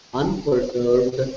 unperturbed